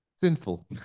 sinful